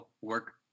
work